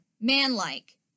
manlike